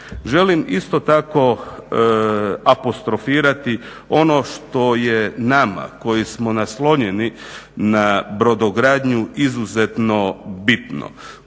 Želim isto tako apostrofirati ono što je nama koji smo naslonjeni na brodogradnju izuzetno bitno.